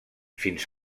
fins